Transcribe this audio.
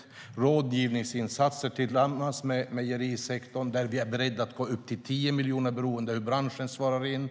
Sedan har vi rådgivningsinsatser tillsammans med mejerisektorn, där vi är beredda att gå upp till 10 miljoner beroende på hur branschen svarar.